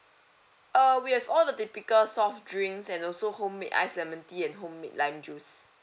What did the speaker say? uh we have all the typical soft drinks and also homemade ice lemon tea and homemade lime juice